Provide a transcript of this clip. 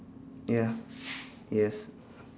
ya yes